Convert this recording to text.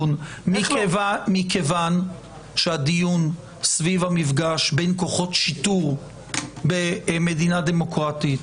מכיוון שהדיון סביב המפגש בין כוחות שיטור במדינה דמוקרטית,